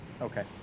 Okay